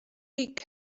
beak